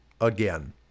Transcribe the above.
again